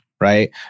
right